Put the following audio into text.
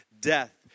Death